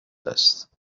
است